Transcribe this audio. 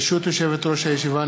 ברשות יושבת-ראש הישיבה,